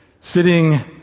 Sitting